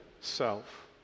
self